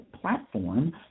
platform